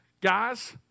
guys